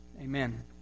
Amen